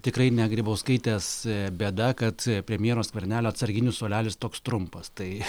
tikrai ne grybauskaitės bėda kad premjero skvernelio atsarginių suolelis toks trumpas tai